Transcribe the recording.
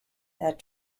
that